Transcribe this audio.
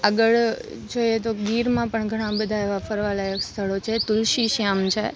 આગળ જોઈએ તો ગીરમાં પણ ઘણાં બધાં એવા ફરવા લાયક સ્થળો છે તુલસી શ્યામ છે